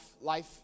life